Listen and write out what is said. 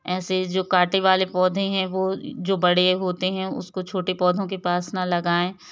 ऐसे जो काटे वाले पौधे हैं वो जो बड़े होते हैं उसको छोटे पौधों के पास न लगाएँ